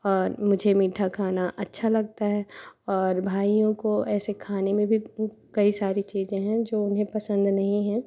और मुझे मीठा खाना अच्छा लगता है और भाईयों को ऐसे खाने में भी कई सारी चीज़ें हैं जो उन्हें पसंद नहीं हैं